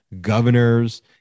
governors